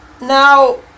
now